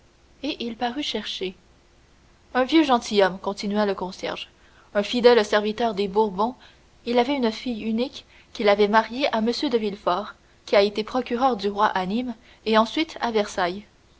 et il parut chercher un vieux gentilhomme continua le concierge un fidèle serviteur des bourbons il avait une fille unique qu'il avait mariée à m de villefort qui a été procureur du roi à nîmes et ensuite à versailles